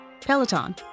Peloton